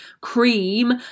cream